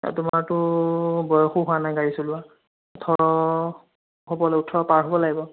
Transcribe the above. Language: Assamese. তোমাৰতো বয়সো হোৱা নাই গাড়ী চলোৱা ওঠৰ হ'ব লাগিব ওঠৰ পাৰ হ'ব লাগিব